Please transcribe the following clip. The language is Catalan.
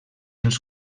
els